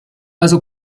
also